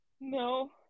No